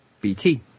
BT